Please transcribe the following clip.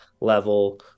level